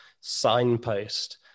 signpost